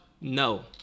no